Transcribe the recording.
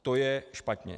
To je špatně.